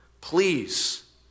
please